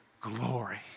glory